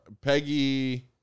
Peggy